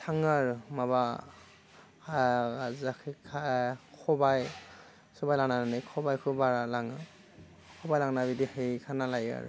थाङो आरो माबा हा जेखाइ खबाय समाय लानानै खबायखौ बारा लाङो बारा लांना बिदि खालामना लायो आरो